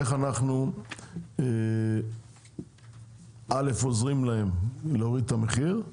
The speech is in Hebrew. איך אנחנו א', עוזרים להם להוריד את המחיר,